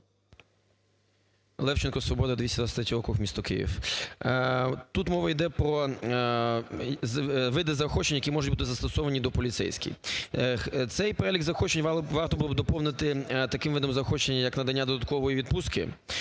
Левченко, "Свобода", 223 округ, місто Київ. Тут мова йде про види заохочень, які можуть бути застосовані до поліцейських. Цей перелік заохочень варто було б доповнити таким видом заохочення, як надання додаткової відпустки.